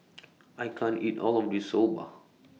I can't eat All of This Soba